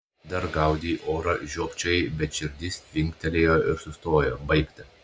dar gaudei orą žiopčiojai bet širdis tvinktelėjo ir sustojo baigta